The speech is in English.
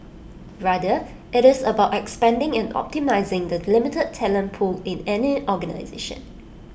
rather IT is about expanding and optimising the limited talent pool in any organisation